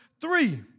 three